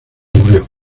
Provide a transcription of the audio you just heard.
murió